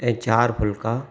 ऐं चार फुल्का